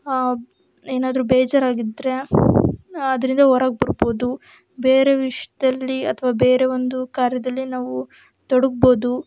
ಏನಾದ್ರೂ ಬೇಜಾರಾಗಿದ್ದರೆ ಅದರಿಂದ ಹೊರಗ್ ಬರ್ಬೌದು ಬೇರೆ ವಿಷ್ಯದಲ್ಲಿ ಅಥವಾ ಬೇರೆ ಒಂದು ಕಾರ್ಯದಲ್ಲಿ ನಾವು ತೊಡಗ್ಬೌದು